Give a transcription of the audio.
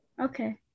okay